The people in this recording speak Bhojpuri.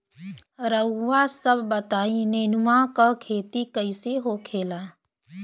रउआ सभ बताई नेनुआ क खेती कईसे होखेला?